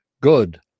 good